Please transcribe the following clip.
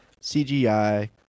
CGI